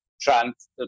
trans